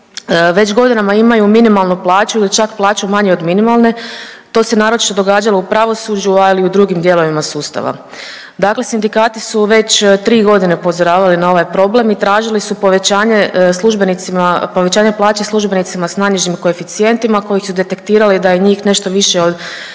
već godinama imaju minimalnu plaću ili čak plaću manju od minimalne, to se naročito događalo u pravosuđu, ali i u drugim dijelovima sustava. Dakle sindikati su već 3.g. upozoravali na ovaj problem i tražili su povećanje službenicima, povećanje plaće službenicima s najnižim koeficijentima kojih su detektirali da je njih nešto više od